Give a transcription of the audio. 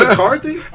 McCarthy